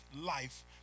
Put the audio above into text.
life